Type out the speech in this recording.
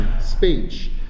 speech